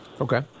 okay